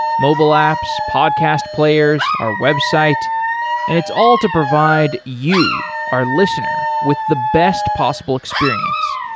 mobile apps, podcast players, our website and it's all to provide you, our listener with the best possible experience.